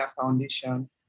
Foundation